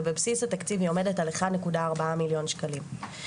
ובבסיס התקציב היא עומדת על 1.4 מיליון שקלים.